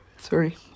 Sorry